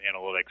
analytics